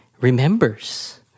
remembers